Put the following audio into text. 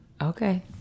Okay